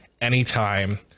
anytime